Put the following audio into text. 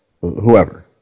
whoever